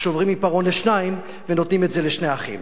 שוברים עיפרון לשניים ונותנים את זה לשני אחים,